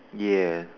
ya